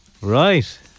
Right